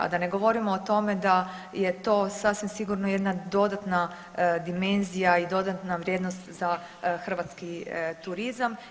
A da ne govorimo o tome da je to sasvim sigurno jedna dodatna dimenzija i dodatna vrijednost za hrvatski turizam.